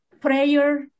prayer